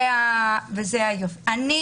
אני